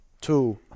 two